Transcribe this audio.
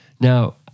Now